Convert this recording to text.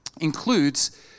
includes